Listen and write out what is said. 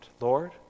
Lord